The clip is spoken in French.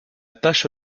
tâche